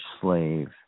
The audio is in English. slave